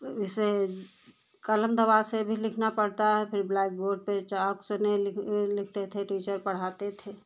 उसे कलम दवात से भी लिखना पड़ता है फ़िर ब्लैकबोर्ड पर चॉक से नहीं लिख लिखते थे टीचर पढ़ाते थे